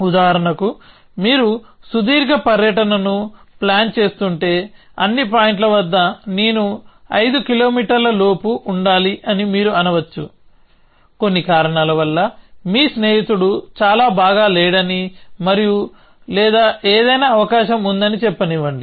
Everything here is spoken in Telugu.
ఉదాహరణకు మీరు సుదీర్ఘ పర్యటనను ప్లాన్ చేస్తుంటే అన్ని పాయింట్ల వద్ద నేను ఐదు కిలోమీటర్ల లోపు ఉండాలి అని మీరు అనవచ్చు కొన్ని కారణాల వల్ల మీ స్నేహితుడు చాలా బాగా లేడని మరియు లేదా ఏదైనా అవకాశం ఉందని చెప్పనివ్వండి